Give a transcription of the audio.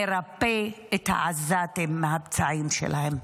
מרפא את העזתים מהפצעים שלהם.